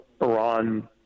Iran